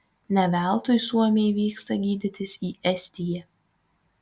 ne veltui suomiai vyksta gydytis į estiją